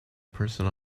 person